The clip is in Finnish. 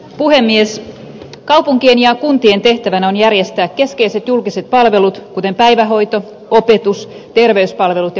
puhemies kaupunkiin ja kuntien tehtävänä on järjestää keskeiset julkiset palvelut kuten päivähoito opetus terveyspalvelut ja